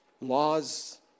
laws